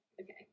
okay